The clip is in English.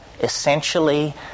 essentially